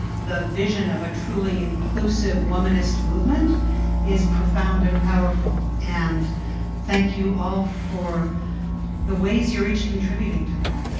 the vision of a truly inclusive womennist movement is profound and power powerful and thank you all for the ways you are each contributing to that.